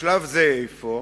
בשלב זה אפוא,